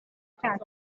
statute